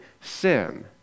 sin